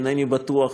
אינני בטוח